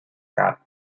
car